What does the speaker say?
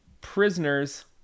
Prisoners